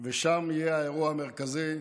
ושם יהיה האירוע המרכזי.